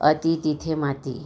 अति तिथे माती